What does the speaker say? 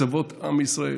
קצוות עם ישראל.